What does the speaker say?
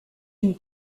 une